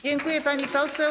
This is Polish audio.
Dziękuję, pani poseł.